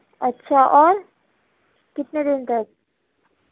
اچھا اور کتنے دِن تک